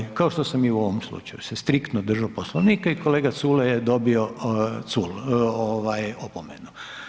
Ovaj, kao što sam i u ovom slučaju se striktno držao Poslovnika i kolega Culej je dobio ovaj opomenu.